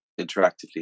interactively